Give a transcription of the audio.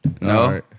No